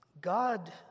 God